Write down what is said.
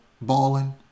balling